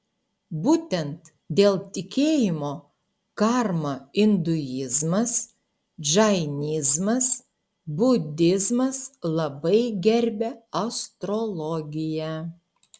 būtent dėl tikėjimo karma induizmas džainizmas budizmas labai gerbia astrologiją